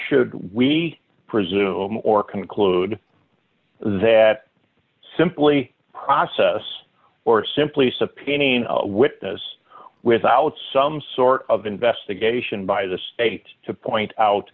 should we presume or conclude that simply process or simply subpoena witness without some sort of investigation by the state to point out